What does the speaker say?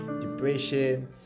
depression